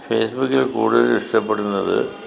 ഫേസ്ബുക്കിൽ കൂടുതലും ഇഷ്ടപ്പെടുന്നത്